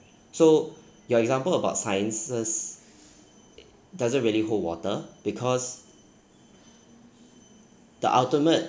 so your example about sciences doesn't really hold water because the ultimate